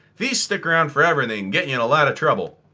these stick around forever, and they can get you in a lot of trouble.